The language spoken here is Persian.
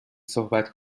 صحبت